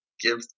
give